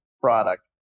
product